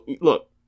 look